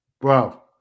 Bro